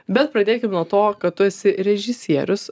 bet pradėkim nuo to kad tu esi režisierius